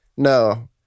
No